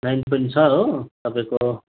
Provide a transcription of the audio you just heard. line पनि छ हौ तपाईँको